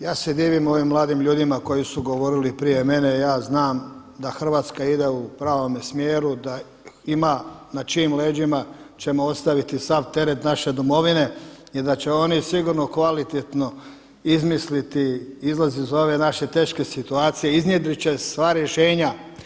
Ja se divim ovim mladim ljudima koji su govorili prije mene, ja znam da Hrvatska ide u pravome smjeru da ima na čijim leđima ćemo ostaviti sav teret naše domovine i da će oni sigurno kvalitetno izmisliti izlaz iz ove naše teške situacije, iznjedrit će sva rješenja.